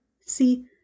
See